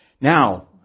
Now